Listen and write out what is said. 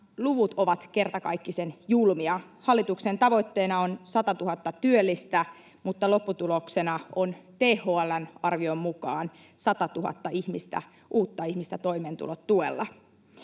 luvut ovat kertakaikkisen julmia. Hallituksen tavoitteena on 100 000 työllistä, mutta lopputuloksena on THL:n arvion mukaan 100 000 ihmistä, uutta ihmistä, toimeentulotuelle.